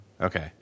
Okay